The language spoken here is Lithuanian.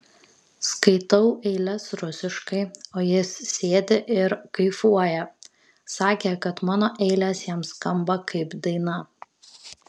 skaitau eiles rusiškai o jis sėdi ir kaifuoja sakė kad mano eilės jam skamba kaip daina